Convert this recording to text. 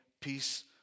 peace